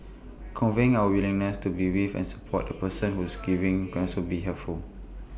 conveying our willingness to be with and support the person who is grieving can also be helpful